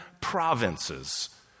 provinces